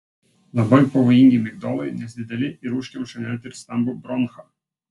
labai pavojingi migdolai nes dideli ir užkemša net ir stambų bronchą